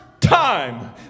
time